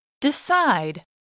Decide